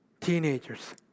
teenagers